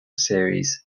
series